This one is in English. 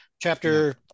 chapter